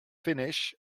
finish